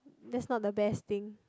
that's not the best thing